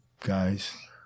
guys